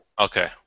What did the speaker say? Okay